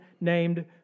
named